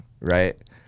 right